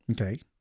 okay